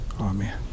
Amen